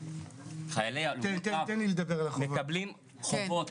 חיילים הלומי קרב מקבלים חובות,